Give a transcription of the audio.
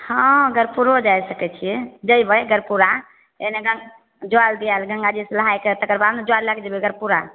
हाँ गरपुरो जा सकय छियै जइबय गरपुरा एने गंगा जल जे आयल गंगाजीसँ नहायके तकर बाद ने जल लए कऽ जेबय गरपुरा